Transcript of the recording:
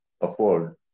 afford